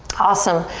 awesome,